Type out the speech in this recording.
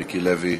מיקי לוי,